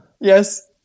Yes